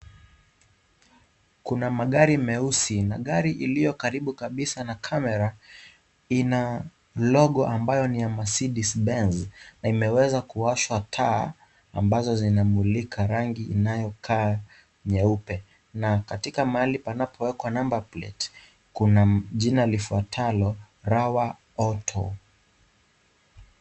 Kuna magari meusi, na gari iliyo karibu kabisa na camera , ina, logo ambayo ni ya masidese benz , na imeweza kuwashwa taa, ambazo zinamulika rangi inayokaa, nyeupe, na katika maali panapoekwa number plate , kuna jina lifuatalo RAWA AUTO .